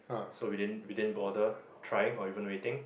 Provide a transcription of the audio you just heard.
so we didn't we didn't bother trying or even waiting